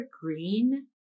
Green